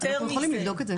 אנחנו יכולים לבדוק את זה.